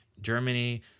Germany